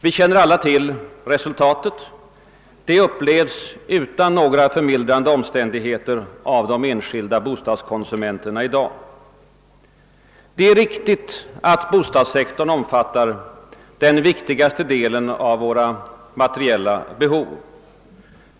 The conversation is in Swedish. Vi känner alla till resultatet; det upplevs utan några förmildrande omständigheter av de enskilda bostadskonsumenterna i dag. Det är riktigt att bostadssektorn om fattar den viktigaste delen av våra materiella behov.